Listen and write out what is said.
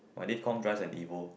my Div Comm drives an Evo